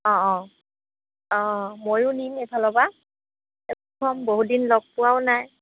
অঁ অঁ অঁ ময়ো নিম এইফালৰপৰা লগ হ'ম বহুত দিন লগ পোৱাও নাই